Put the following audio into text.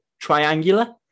triangular